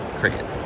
cricket